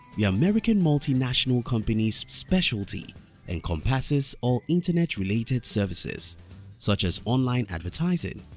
yeah american multinational company's specialty encompasses all internet related services such as online advertising,